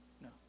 no